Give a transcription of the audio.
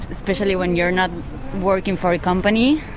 especially when you are not working for a company.